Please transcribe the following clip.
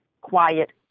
Quiet